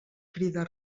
crida